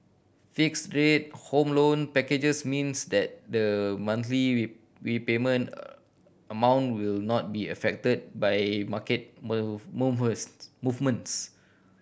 fixed rate Home Loan packages means that the monthly repayment amount will not be affected by market movements